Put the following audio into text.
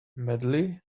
medley